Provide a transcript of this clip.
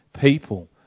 people